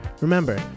Remember